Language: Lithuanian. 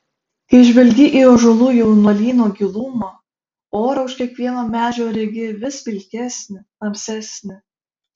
kai žvelgi į ąžuolų jaunuolyno gilumą orą už kiekvieno medžio regi vis pilkesnį tamsesnį